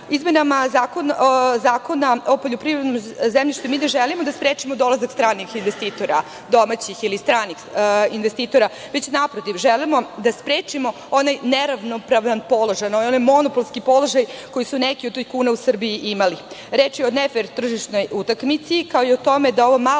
Izmenama Zakona o poljoprivrednom zemljištu mi ne želimo da sprečimo dolazak stranih investitora, domaćih ili stranih investitora, već naprotiv, želimo da sprečimo onaj neravnopravan položaj, onaj monopolski položaj koji su neki od tajkuna u Srbiji imali. Reč je o nefer tržišnoj utakmici kao i o tome da ovo malo